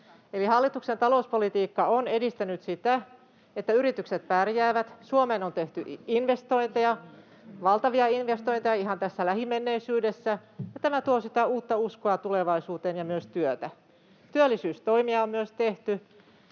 hallituksen talouspolitiikka on edistänyt sitä, että yritykset pärjäävät. Suomeen on tehty investointeja — valtavia investointeja ihan tässä lähimenneisyydessä — ja tämä tuo sitä uutta uskoa tulevaisuuteen ja myös työtä. Myös työllisyystoimia on tehty.